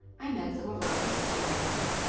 i met some of rocco's friends.